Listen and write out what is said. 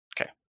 Okay